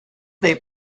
they